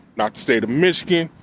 not the state of michigan,